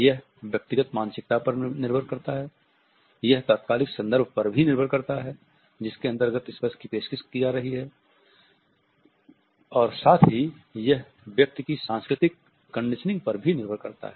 यह व्यक्तिगत मानसिकता पर निर्भर करता है यह तात्कालिक संदर्भ पर निर्भर करता है जिसके अंतर्गत स्पर्श की पेशकश की जा रही है और साथ ही यह व्यक्ति की सांस्कृतिक कंडीशनिंग पर भी निर्भर करता है